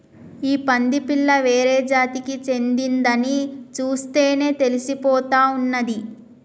ఈ పంది పిల్ల వేరే జాతికి చెందిందని చూస్తేనే తెలిసిపోతా ఉన్నాది